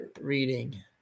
reading